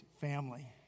family